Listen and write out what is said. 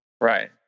Right